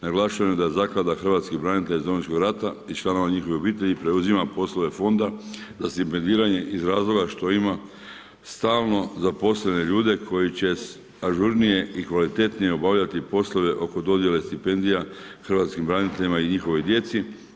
Naglašavam da Zaklada hrvatskih branitelja iz Domovinskog rata i članova njihove obitelji preuzima poslove fonda, za stipendiranje iz razloga što ima stalno zaposlene ljude, koji će ažurnije i kvalitetnije obavljati poslove oko dodjele stipendije hrvatskim braniteljima i njihovoj djeci.